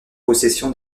possession